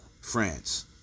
France